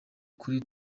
kuri